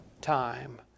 time